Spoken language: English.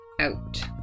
out